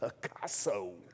Picasso